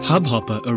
Hubhopper